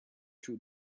two